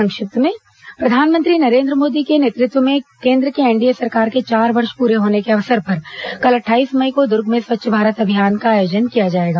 संक्षिप्त समाचार प्रधानमंत्री नरेन्द्र मोदी के नेतृत्व में केंद्र के एनडीए सरकार के चार वर्ष पूरे होने के अवसर पर कल अट्ठाईस मई को दूर्ग में स्वच्छ भारत अभियान का आयोजन किया जाएगा